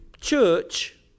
church